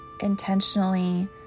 intentionally